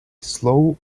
slow